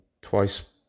twice